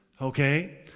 Okay